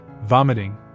vomiting